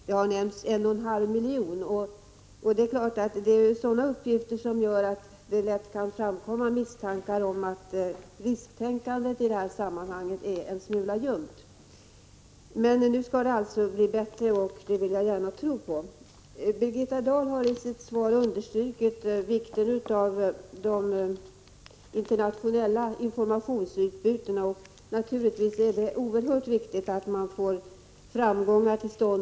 Det har nämnts 1,5 miljoner. Det är sådana uppgifter som gör att det lätt kan framkomma misstankar om att risktänkandet är en smula ljumt. Nu skall det alltså bli bättre, och det vill jag gärna tro på. Birgitta Dahl har i sitt svar understrukit vikten av internationellt informationsutbyte. Naturligtvis är det oerhört viktigt att man når framgångar.